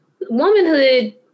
womanhood